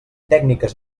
tècniques